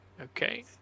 Okay